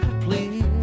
please